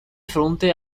fronte